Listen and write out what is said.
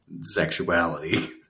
sexuality